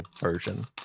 version